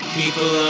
people